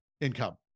income